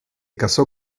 casó